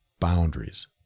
Boundaries